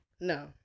no